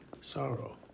sorrow